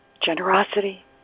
Generosity